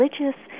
religious